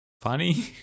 funny